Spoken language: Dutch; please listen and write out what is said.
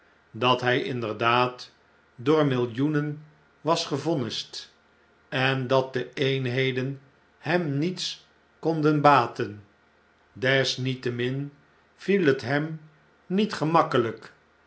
dat hij inderdaad door millioenen was gevonnisd en dat de eenheden hem niets konden baten desniettemin viel het hem niet gemakkelijk